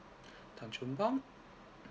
tan chung bong